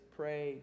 pray